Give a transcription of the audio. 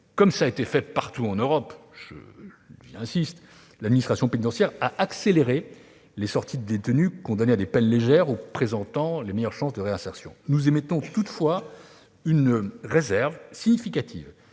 Comme cela a été fait partout en Europe, l'administration pénitentiaire a accéléré les sorties de détenus condamnés à des peines légères ou présentant les meilleures chances de réinsertion. Nous émettons toutefois une réserve importante